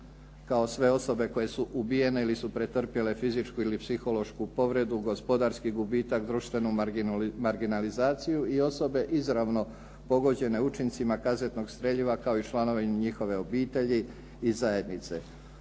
kao sve osobe koje su ubijene ili su pretrpjele fizičku ili psihološku povredu, gospodarski gubitak, društvenu marginalizaciju i osobe izravno pogođene učincima kazetnog streljiva kao i članove njihove obitelji i zajednice.